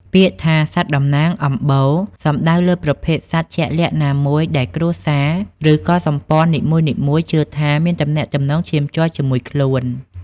ពាក្យថា "សត្វតំណាងអំបូរ" សំដៅលើប្រភេទសត្វជាក់លាក់ណាមួយដែលគ្រួសារ ឬកុលសម្ព័ន្ធនីមួយៗជឿថាមានទំនាក់ទំនងឈាមជ័រជាមួយខ្លួន។